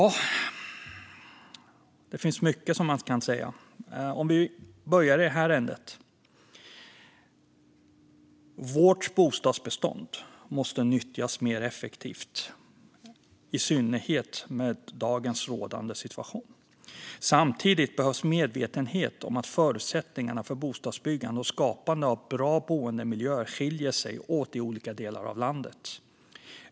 Det finns mycket man kan säga. Om vi börjar i den här änden: Vårt bostadsbestånd måste nyttjas mer effektivt, i synnerhet med dagens rådande situation. Samtidigt behövs medvetenhet om att förutsättningarna för bostadsbyggandet och skapandet av bra boendemiljöer skiljer sig åt i olika delar av landet.